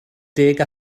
deg